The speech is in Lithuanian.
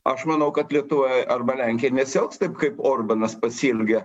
aš manau kad lietuva arba lenkija nesielgs taip kaip orbanas pasielgė